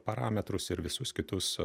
parametrus ir visus kitus